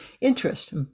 interest